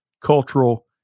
cultural